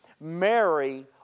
Mary